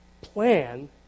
plan